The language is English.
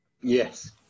Yes